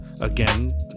Again